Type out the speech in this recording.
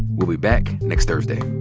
we'll be back next thursday